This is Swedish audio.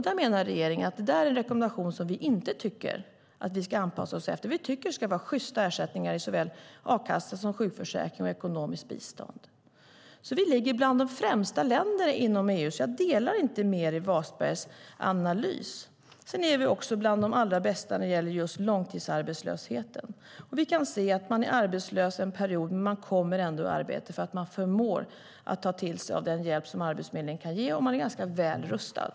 Det menar regeringen är en rekommendation som vi inte tycker att vi ska anpassa oss efter. Vi tycker att det ska vara sjysta ersättningar i såväl a-kassa som sjukförsäkring och ekonomiskt bistånd. Vi ligger bland de främsta länderna inom EU, så jag delar inte Meeri Wasbergs analys. Sedan är vi också bland de allra bästa när det gäller just långtidsarbetslösheten. Vi kan se att människor är arbetslösa en period, men de kommer ändå i arbete därför att de förmår att ta till sig av den hjälp som Arbetsförmedlingen kan ge. Man är ganska väl rustad.